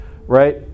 Right